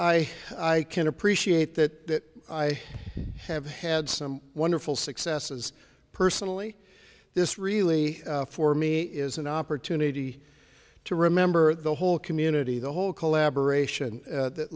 i i can appreciate that i have had some wonderful successes personally this really for me is an opportunity to remember the whole community the whole collaboration that